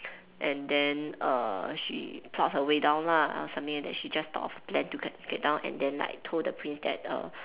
and then err she plot her way down lah something like that she just thought of a plan to get get down and then like told the prince that err